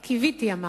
קיוויתי, אמרתי,